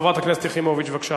חברת הכנסת שלי יחימוביץ, בבקשה.